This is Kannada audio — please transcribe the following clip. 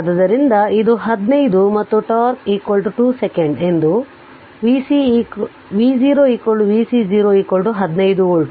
ಆದ್ದರಿಂದ ಇದು 15 ಮತ್ತು τ τ 2 ಸೆಕೆಂಡ್ ಎಂದು V0 v C0 15 ವೋಲ್ಟ್